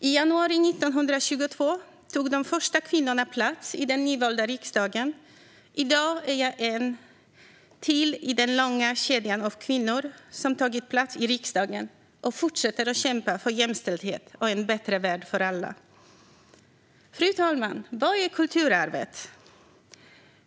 I januari 1922 tog de första kvinnorna plats i den nyvalda riksdagen. I dag är jag en till i den långa kedja av kvinnor som har tagit plats i riksdagen och fortsätter att kämpa för jämställdhet och en bättre värld för alla. Fru talman! Vad är kulturarvet?